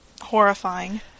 horrifying